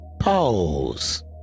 pause